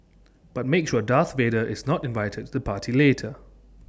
but make sure Darth Vader is not invited to the party later